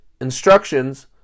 instructions